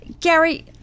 Gary